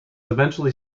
eventually